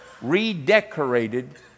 Redecorated